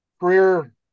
Career